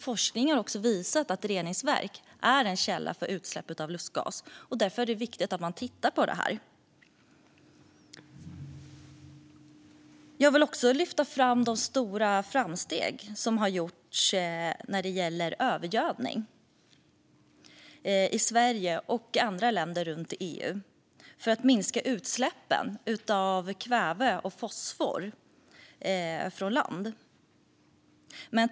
Forskning har också visat att reningsverk är en källa till utsläpp av lustgas, och därför är det viktigt att man tittar på detta. Jag vill lyfta fram de stora framsteg som har gjorts när det gäller övergödning i Sverige och andra EU-länder, i arbetet för att minska utsläppen av kväve och fosfor från land.